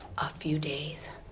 a few days.